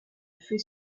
fait